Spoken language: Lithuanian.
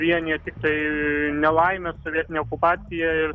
vienija tiktai nelaimė sovietinė okupacija ir